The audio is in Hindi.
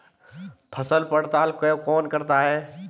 फसल पड़ताल कौन करता है?